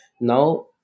now